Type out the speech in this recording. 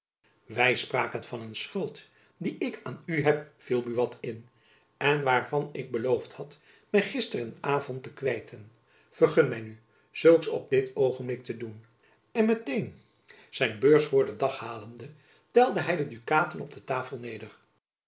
wy spraken van een schuld die ik aan u heb viel buat in en waarvan ik beloofd had my gisteravond te kwijten vergun my nu zulks op dit oogenblik te doen en met-een zijn beurs voor den dag halende telde hy de dukaten op de tafel neder